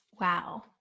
Wow